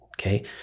okay